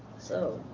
so.